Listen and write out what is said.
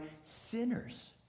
sinners